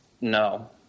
no